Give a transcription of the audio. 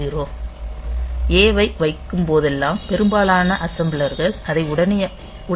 A ஐ வைக்கும் போதெல்லாம் பெரும்பாலான அசெம்பிளர்கள் அதை உடனடி மதிப்பாக எடுத்துக்கொள்ளும்